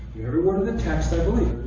every word of the text i believe.